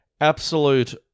absolute